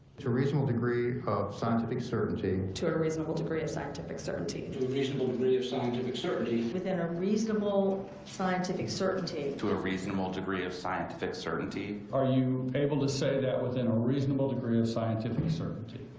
to a reasonable degree of scientific certainty. to a reasonable degree of scientific certainty. to a reasonable degree of scientific certainty. within a reasonable scientific certainty. to a reasonable degree of scientific certainty. are you able to say that within a reasonable degree of scientific certainty?